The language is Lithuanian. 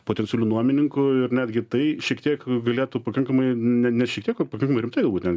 potencialių nuomininkų ir netgi tai šiek tiek galėtų pakankamai ne ne šiek tiek o pakankamai rimtai galbūt net